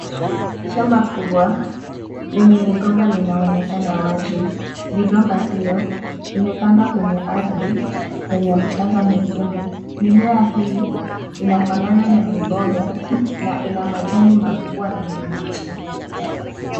Shamba kubwa, lenye migomba linaonekana wazi. Migomba hiyo, imepandwa kwenye ardhi yenye mchanga mwekundu. Mimea hii, zinafanana na miboga na ina majani makubwa na mabichi.